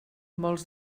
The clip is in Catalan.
molts